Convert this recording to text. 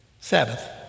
Sabbath